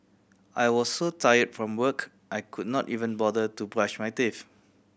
I was so tired from work I could not even bother to brush my teeth